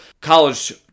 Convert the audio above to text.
college